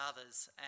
others